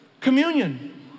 Communion